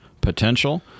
potential